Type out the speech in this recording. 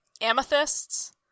amethysts